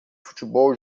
futebol